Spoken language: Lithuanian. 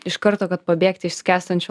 iš karto kad pabėgti iš skęstančio